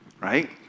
Right